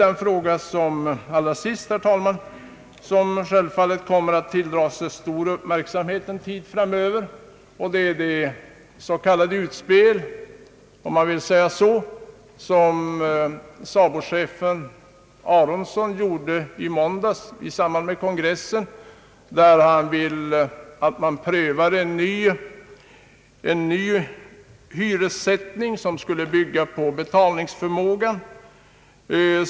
En fråga som självfallet kommer att tilldra sig stor uppmärksamhet en tid framöver är det utspel, om man så vill kalla det, som SABO-chefen Aronson gjorde i måndags i samband med kongressen och som innebär att en ny hyressättning skall prövas som bygger på betalningsförmågan.